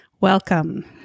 Welcome